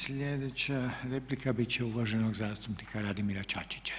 Sljedeća replika biti će uvaženog zastupnika Radimira Čačića.